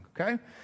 okay